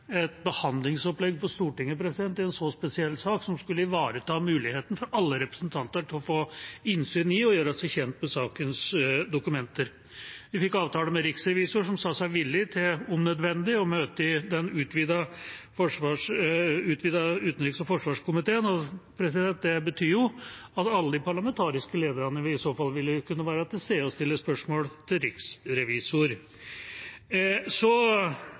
et behandlingsopplegg på Stortinget i en så spesiell sak, som skulle ivareta muligheten for alle representanter til å få innsyn i og gjøre seg kjent med sakens dokumenter. Vi fikk avtale med Riksrevisoren, som sa seg villig til – om nødvendig – å møte i den utvidede utenriks- og forsvarskomiteen. Det betyr jo at alle de parlamentariske lederne i så fall ville kunne være til stede og stille spørsmål til Riksrevisoren. Så